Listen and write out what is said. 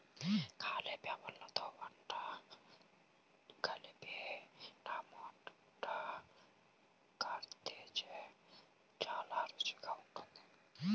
కాలీఫ్లవర్తో టమాటా కలిపి మసాలా కర్రీ చేస్తే చాలా రుచికరంగా ఉంటుంది